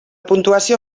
puntuació